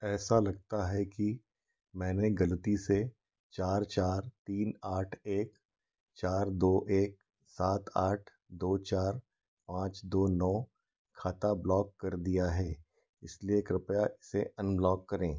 ऐसा लगता है कि मैंने गलती से चार चार तीन आठ एक चार दो एक सात आठ दो चार पाँच दो नौ खाता ब्लॉक कर दिया है इसलिए कृपया इसे अनब्लॉक करें